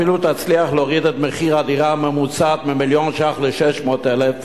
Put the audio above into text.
אפילו תצליח להוריד את מחיר הדירה הממוצעת ממיליון שקל ל-600,000,